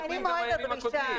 ממועד הדרישה.